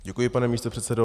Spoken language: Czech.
Děkuji, pane místopředsedo.